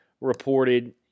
reported